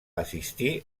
assistir